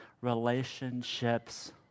relationships